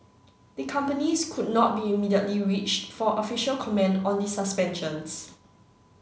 the companies could not be immediately reached for official comment on the suspensions